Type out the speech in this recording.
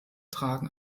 tragen